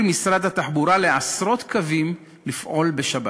משרד התחבורה לעשרות קווים לפעול בשבת.